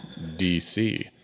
DC